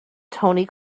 tony